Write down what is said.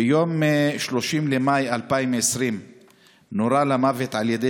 ביום 30 במאי 2020 נורה למוות על ידי